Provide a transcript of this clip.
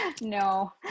No